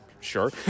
Sure